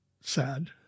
sad